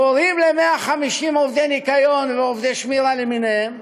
קוראים ל-150 עובדי ניקיון ועובדי שמירה למיניהם,